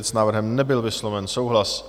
S návrhem nebyl vysloven souhlas.